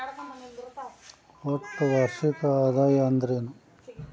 ಒಟ್ಟ ವಾರ್ಷಿಕ ಆದಾಯ ಅಂದ್ರೆನ?